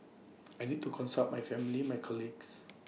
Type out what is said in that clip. I need to consult my family my colleagues